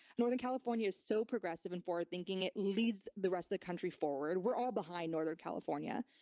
northern california is so progressive and forward thinking, it leads the rest of the country forward. we're all behind northern california.